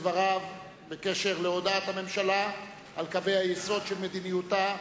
דבריו בקשר להודעת הממשלה על קווי היסוד של מדיניותה,